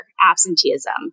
absenteeism